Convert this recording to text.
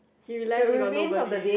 you realize you got nobody